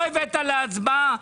לא הבאת להצבעה,